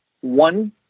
one